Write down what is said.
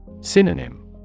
Synonym